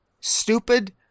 stupid